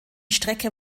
strecke